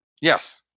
Yes